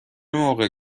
موقع